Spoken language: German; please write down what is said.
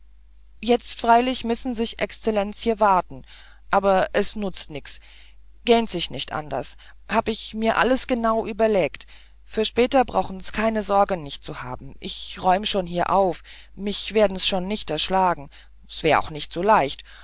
jetzt freilich missen sich exlenz hier warten aber es nutzt nix gähte sich nicht anderscht hab ich mir alles genau ieberlegt für später brauchen s auch keine sorgen nicht haben ich räum hier schon auf mich werden's schon nicht erschlagen s wäre auch nicht so leicht